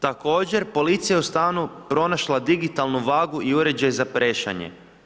Također policija je u stanu pronašla digitalnu vagu i uređaj za prešanje.